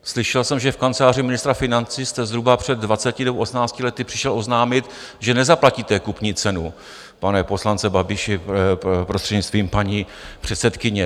Slyšel jsem, že v kanceláři ministra financí jste zhruba před 20 nebo 18 lety přišel oznámit, že nezaplatíte kupní cenu, pane poslanče Babiši, prostřednictvím paní předsedkyně.